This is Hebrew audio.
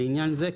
לעניין זה,